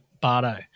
Bardo